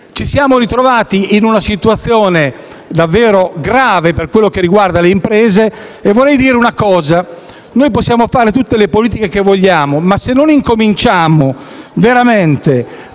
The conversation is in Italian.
Ci siamo ritrovati in una situazione davvero grave per quanto riguarda le imprese. E vorrei dire una cosa. Noi possiamo fare tutte le politiche che vogliamo, ma se non incominciamo veramente